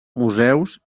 museus